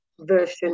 version